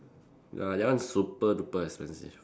ya that one is super duper expensive